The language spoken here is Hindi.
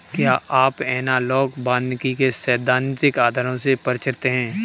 क्या आप एनालॉग वानिकी के सैद्धांतिक आधारों से परिचित हैं?